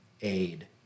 aid